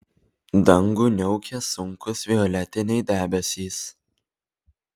dangų niaukė sunkūs violetiniai debesys